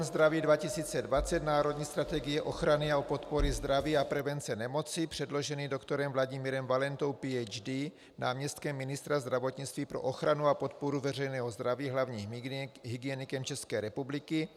Zdraví 2020 Národní strategie ochrany a podpory zdraví a prevence nemocí předložený doktorem Vladimírem Valentou, Ph.D., náměstkem ministra zdravotnictví pro ochranu a podporu veřejného zdraví, hlavním hygienikem České republiky.